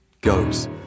goes